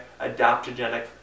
adaptogenic